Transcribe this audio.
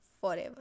forever